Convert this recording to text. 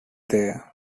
there